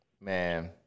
Man